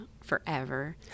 forever